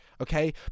okay